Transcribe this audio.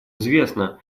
известно